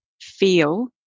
feel